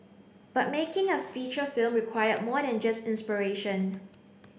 but making a feature film required more than just inspiration